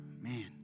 Man